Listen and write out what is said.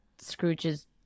Scrooge's